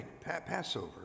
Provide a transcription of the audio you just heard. Passover